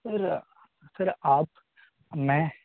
سر sir آپ میں